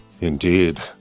Indeed